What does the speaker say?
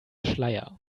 schleier